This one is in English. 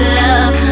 love